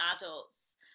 adults